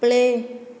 play